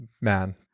man